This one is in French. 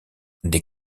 des